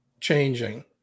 changing